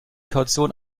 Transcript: kaution